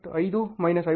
5 minus 53